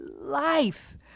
life